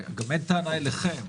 גם אין טענה אליכם.